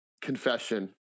confession